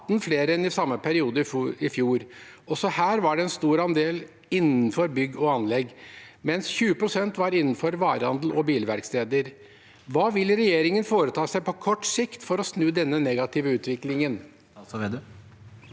318 flere enn i samme periode i fjor. Også her var det en stor andel innenfor bygg og anlegg, mens 20 pst. var innenfor varehandel og bilverksteder. Hva vil regjeringen foreta seg på kort sikt for å snu denne negative utviklingen?